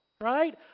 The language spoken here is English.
Right